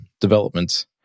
developments